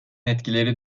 etkileri